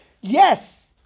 Yes